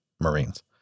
Marines